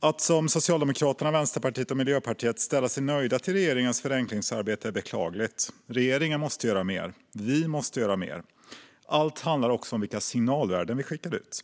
Att som Socialdemokraterna, Vänsterpartiet och Miljöpartiet förklara sig nöjda med regeringens förenklingsarbete är beklagligt. Regeringen måste göra mer. Vi måste göra mer. Allt handlar om vilka signalvärden vi skickar ut.